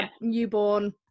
newborn